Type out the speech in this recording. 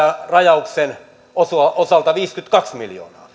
ikärajauksen osalta osalta viisikymmentäkaksi miljoonaa